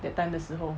that time 的时候